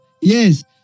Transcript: yes